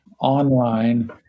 online